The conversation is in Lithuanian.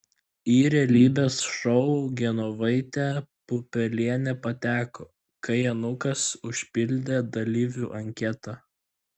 į realybės šou genovaitė pupelienė pateko kai anūkas užpildė dalyvių anketą